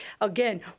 again